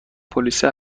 پلیسی